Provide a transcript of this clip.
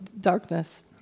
darkness